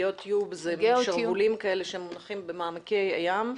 גיאוטיוב זה מן שרוולים כאלה שמונחים במעמקי הים.